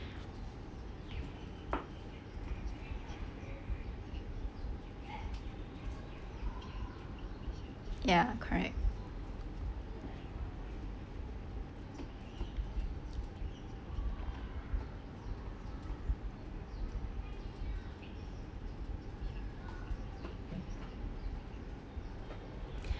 ya correct